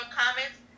comments